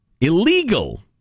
Illegal